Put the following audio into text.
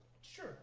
Sure